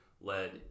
led